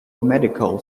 medical